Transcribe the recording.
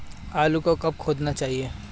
आलू को कब खोदना चाहिए?